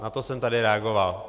Na to jsem tady reagoval.